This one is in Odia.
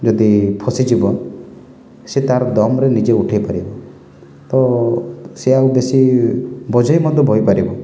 ଯଦି ଫସିଯିବ ସେ ତାର ଦମରେ ନିଜେ ଉଠେଇ ପାରିବ ତ ସିଏ ଆଉ ବେଶୀ ବୋଝ ବି ମଧ୍ୟ ବହିପାରିବ